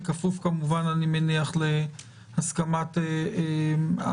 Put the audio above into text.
בכפוף כמובן אני מניח להסכמת המפכ"ל,